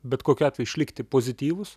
bet kokiu atveju išlikti pozityvūs